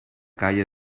calle